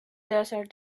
desert